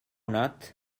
not